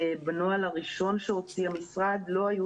בנוהל הראשון שהוציא המשרד לא היו